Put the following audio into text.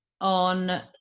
on